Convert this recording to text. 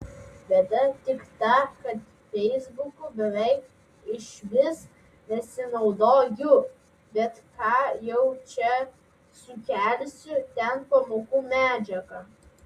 bėda tik ta kad feisbuku beveik išvis nesinaudoju bet ką jau čia sukelsiu ten pamokų medžiagą